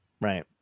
right